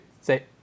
say